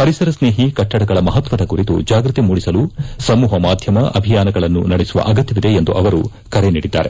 ಪರಿಸರಸ್ನೇಹಿ ಕಟ್ಟಡಗಳ ಮಹತ್ವದ ಕುರಿತು ಜಾಗೃತಿ ಮೂಡಿಸಲು ಸಮೂಹ ಮಾಧ್ಯಮ ಅಭಿಯಾನಗಳನ್ನು ನಡೆಸುವ ಅಗತ್ಯವಿದೆ ಎಂದು ಅವರು ಕರೆ ನೀಡಿದ್ದಾರೆ